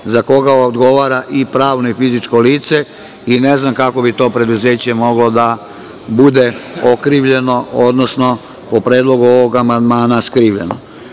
za koga odgovara i pravno i fizičko lice i ne znam kako bi to preduzeće moglo da bude okrivljeno odnosno, po predlogu ovog amandmana, skrivljeno. Vrlo